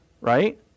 right